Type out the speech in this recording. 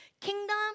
Kingdom